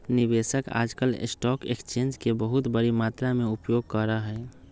निवेशक आजकल stock exchange के बहुत बडी मात्रा में उपयोग करा हई